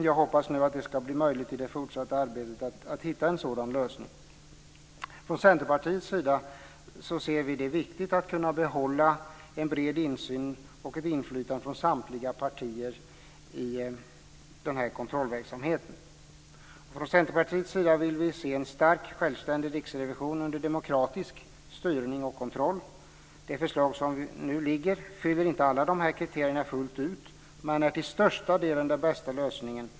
Jag hoppas att det ska bli möjligt i det fortsatta arbetet att hitta en sådan lösning. Från Centerpartiets sida ser vi det som viktigt att vi kan behålla en bred insyn och ett inflytande från samtliga partier i denna kontrollverksamhet. Från Centerpartiets sida vill vi se en stark självständig riksrevision under demokratisk styrning och kontroll. Det förslag som nu föreligger fyller inte alla dessa kriterier fullt ut men är till största delen den bästa lösningen.